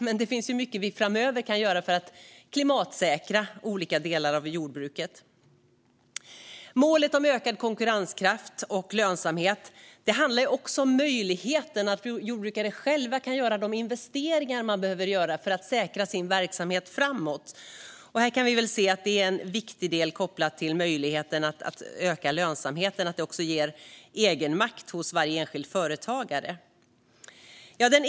Men det finns mycket vi framöver kan göra för att klimatsäkra olika delar av jordbruket. Målet om ökad konkurrenskraft och lönsamhet handlar också om att jordbrukare själva ska kunna göra nödvändiga investeringar för att säkra sin verksamhet framåt. Det är också viktigt för att kunna öka lönsamheten, och det ger även egenmakt hos varje enskild företagare.